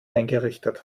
eingerichtet